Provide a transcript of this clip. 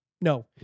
no